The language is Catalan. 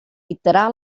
dictarà